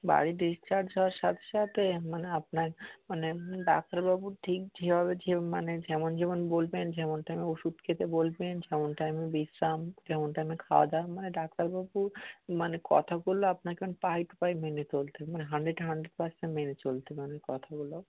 বাড়ি ডিসচার্জ হওয়ার সাথে সাথে মানে আপনার মানে ডাক্তারবাবু ঠিক যেভাবে যে মানে যেমন যেমন বলবেন যেমন টাইমে ওষুধ খেতে বলবেন যেমন টাইমে বিশ্রাম যেমন টাইমে খাওয়া দাওয়া মানে ডাক্তারবাবুর মানে কথাগুলো আপনাকে এখন পাই টু পাই মেনে চলতে হবে মানে হান্ড্রেডে হানড্রেড পার্সেন্ট মেনে চলতে হবে মানে ওই কথাগুলো